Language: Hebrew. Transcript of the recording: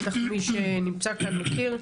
בטח מי שנמצא כאן מכיר,